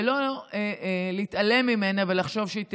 ולא להתעלם ממנה ולחשוב שהיא תיעלם.